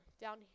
down